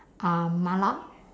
uh mala